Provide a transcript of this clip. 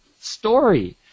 story